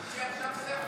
הוא הוציא עכשיו ספר.